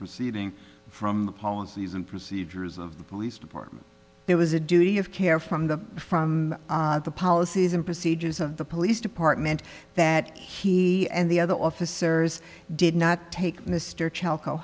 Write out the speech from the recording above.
proceeding from the policies and procedures of the police department there was a duty of care from the from the policies and procedures of the police department that he and the other officers did not take mr ch